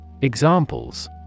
Examples